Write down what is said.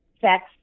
sex